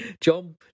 John